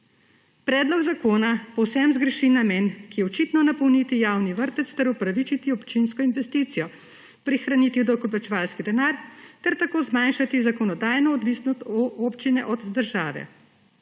Predlog zakona povsem zgreši namen, ki je očitno napolniti javni vrtec ter upravičiti občinsko investicijo, prihraniti davkoplačevalski denar ter tako zmanjšati zakonodajno odvisnost občine od države.